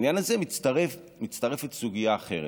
לעניין הזה מצטרפת סוגיה אחרת,